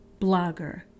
blogger